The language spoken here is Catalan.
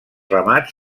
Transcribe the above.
ramats